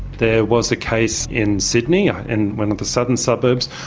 there was a case in sydney, ah in one of the southern suburbs,